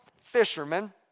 fishermen